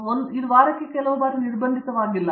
ನಿರ್ಮಲ ಇದು ವಾರಕ್ಕೆ ಕೆಲವು ಬಾರಿ ನಿರ್ಬಂಧಿತವಾಗಿಲ್ಲ